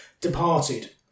departed